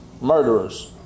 murderers